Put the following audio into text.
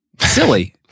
silly